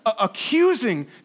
accusing